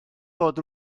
bod